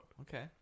okay